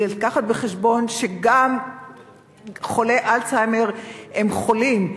לקחת בחשבון שגם חולי אלצהיימר הם חולים,